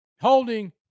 Holding